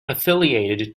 affiliated